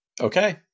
Okay